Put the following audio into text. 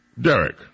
Derek